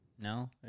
no